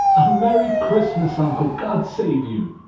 a merry christmas, uncle! god save you!